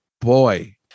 boy